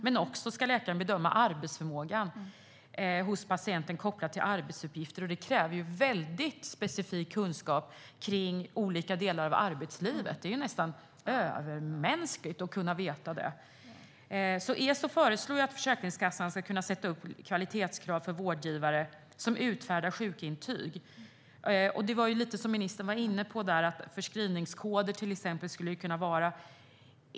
Men läkaren ska också bedöma arbetsförmågan hos patienten kopplat till arbetsuppgifter. Det kräver väldigt specifik kunskap om olika delar av arbetslivet. Det är nästan övermänskligt att kunna känna till detta. ESO föreslår att Försäkringskassan ska kunna ställa upp kvalitetskrav för vårdgivare som utfärdar sjukintyg. Det var lite av det som ministern var inne på; det skulle till exempel kunna vara förskrivningskoder.